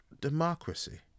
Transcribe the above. democracy